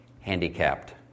handicapped